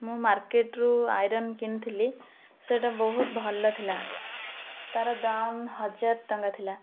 ମୁଁ ମାର୍କେଟ୍ରୁ ଆଇରନ୍ କିଣିଥିଲି ସେଇଟା ବହୁତ ଭଲ ଥିଲା ତା'ର ଦାମ ହଜାର ଟଙ୍କା ଥିଲା